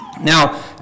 Now